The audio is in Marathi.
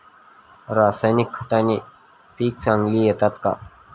रासायनिक खताने पिके चांगली येतात का?